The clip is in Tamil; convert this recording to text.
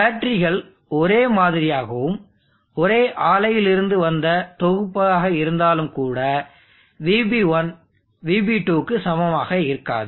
பேட்டரிகள் ஒரே மாதிரியாகவும் ஒரே ஆலையில் இருந்து வந்த தொகுப்பாக இருந்தாலும் கூட VB1 VB2 க்கு சமமாக இருக்காது